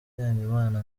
imana